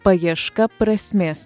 paieška prasmės